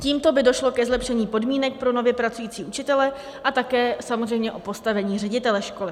Tímto by došlo k zlepšení podmínek pro nově pracující učitele a také samozřejmě postavení ředitele školy.